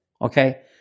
okay